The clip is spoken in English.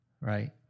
Right